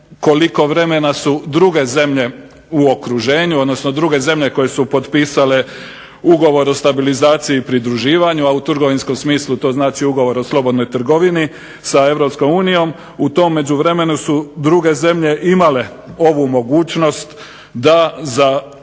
koliko vremena su druge zemlje u okruženju, odnosno druge zemlje koje su potpisale Ugovor o stabilizaciji i pridruživanju, a u trgovinskom smislu to znači Ugovor o slobodnoj trgovini sa EU, u tom međuvremenu su druge zemlje imale ovu mogućnost da za